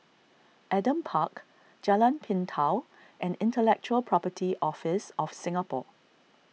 Adam Park Jalan Pintau and Intellectual Property Office of Singapore